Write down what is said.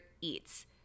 Eats